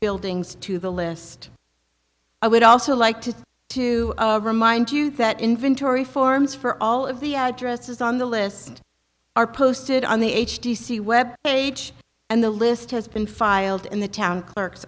buildings to the list i would also like to to remind you that inventory forms for all of the addresses on the list are posted on the h d c web page and the list has been filed in the town clerk